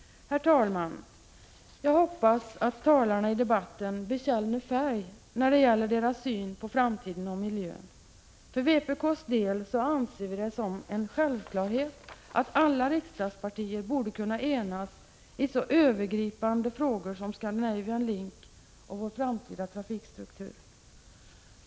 Fru talman! Jag hoppas att talarna i debatten bekänner färg när det gäller deras syn på framtiden och miljön. För vpk:s del anser vi det som en självklarhet att alla riksdagspartier borde kunna enas i så övergripande frågor som Scandinavian Link och vår framtida trafikstruktur.